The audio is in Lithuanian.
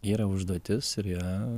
yra užduotis ir ją